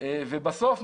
ובסוף,